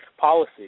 policy